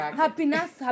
happiness